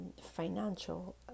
financial